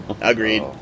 Agreed